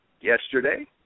Yesterday